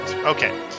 Okay